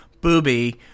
Booby